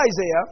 Isaiah